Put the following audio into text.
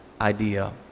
idea